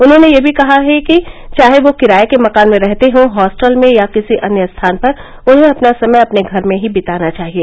उन्होंने यह भी कहा है कि चाहे वह किराए के मकान में रहते हों हॉस्टल में या किसी अन्य स्थान पर उन्हें अपना समय अपने घर में ही बिताना चाहिए